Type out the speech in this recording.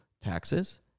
taxes